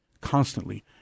constantly